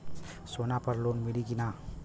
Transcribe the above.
सोना पर लोन मिली की ना?